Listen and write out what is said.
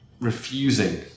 refusing